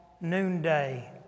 noonday